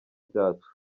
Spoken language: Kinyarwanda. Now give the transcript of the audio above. byacu